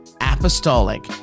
apostolic